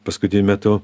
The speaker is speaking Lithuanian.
paskutiniu metu